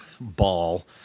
Ball